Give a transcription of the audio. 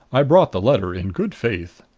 i brought the letter in good faith.